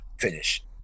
finish